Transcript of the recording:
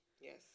Yes